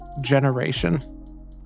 generation